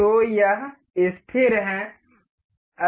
तो यह स्थिर है